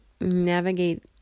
navigate